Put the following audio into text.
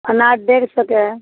अनार डेढ़ सौ के है